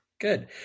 Good